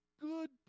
good